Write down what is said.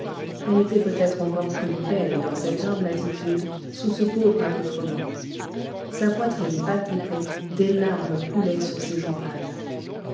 elle était peut-être encore plus belle dans cette humble attitude sous ce pauvre accoutrement sa poitrine palpitait des larmes coulaient sur ses joues pâles